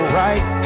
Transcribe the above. right